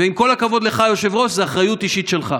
ועם כל הכבוד לך, היושב-ראש, זו אחריות אישית שלך.